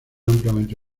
ampliamente